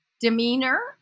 demeanor